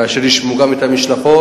כאשר ישמעו גם את המשלחות,